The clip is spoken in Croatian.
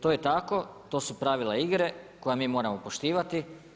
To je tako, to su pravila igre koja mi moramo poštivati.